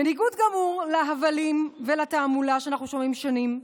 בניגוד גמור להבלים ולתעמולה שאנחנו שומעים שנים,